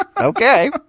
okay